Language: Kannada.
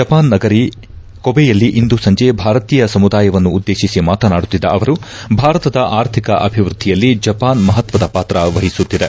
ಜಪಾನ್ ನಗರಿ ಕೊಬೆಯಲ್ಲಿ ಇಂದು ಸಂಜೆ ಭಾರತೀಯ ಸಮುದಾಯವನ್ನು ಉದ್ದೇಶಿಸಿ ಮಾತನಾಡುತ್ತಿದ್ದ ಅವರು ಭಾರತದ ಆರ್ಥಿಕ ಅಭಿವೃದ್ದಿಯಲ್ಲಿ ಜಪಾನ್ ಮಹತ್ವದ ಪಾತ್ರ ವಹಿಸುತ್ತಿದೆ